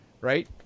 right